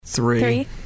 Three